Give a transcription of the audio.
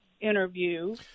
interview